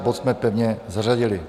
Bod jsme pevně zařadili.